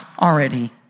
already